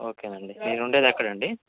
okay అండి మీరు ఉండేది ఎక్కడ అండి